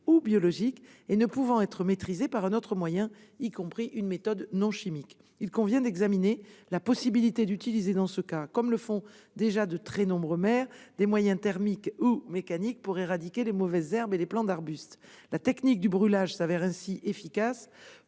biologique et ne pouvant être maîtrisé par un autre moyen, y compris une méthode non chimique. Il convient d'examiner la possibilité d'utiliser dans ce cas, comme le font déjà de très nombreux maires, des moyens thermiques ou mécaniques pour éradiquer les mauvaises herbes et les plants d'arbustes. La technique du brûlage se révèle ainsi efficace pour